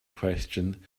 question